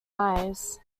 eyes